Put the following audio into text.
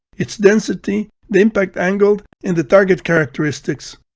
its density, the impact angle, and the target characteristics.